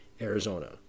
Arizona